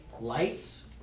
lights